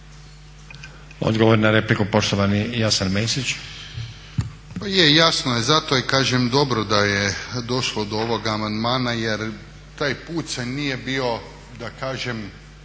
Odgovor na repliku poštovani Jasen Mesić.